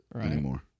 Anymore